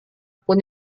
pun